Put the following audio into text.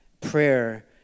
Prayer